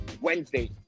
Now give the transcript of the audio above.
Wednesday